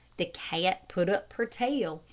the cat put up her tail,